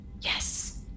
Yes